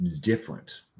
different